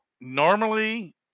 normally